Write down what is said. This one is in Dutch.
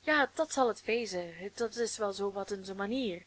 ja dat zal het wezen dat is wel zoo wat in zijn manier